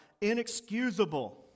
inexcusable